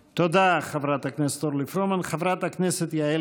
תודה, חברת הכנסת אורלי פרומן.